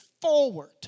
forward